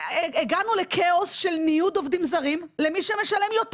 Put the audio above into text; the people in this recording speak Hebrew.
הגענו לכאוס של ניוד עובדים זרים למי שמשלם יותר.